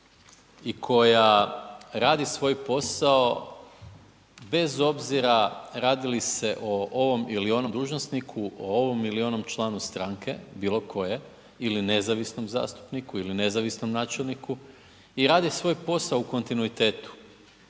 i koja radi svoj posao bez obzira radi li se o ovom ili onom dužnosniku, o ovom ili onom članu stranku, bilo koje ili nezavisnom zastupniku ili nezavisnom načelniku. I radi svoj posao u kontinuitetu.